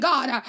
God